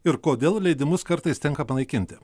ir kodėl leidimus kartais tenka panaikinti